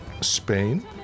Spain